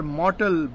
mortal